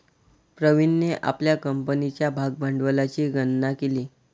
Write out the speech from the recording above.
प्रवीणने आपल्या कंपनीच्या भागभांडवलाची गणना केली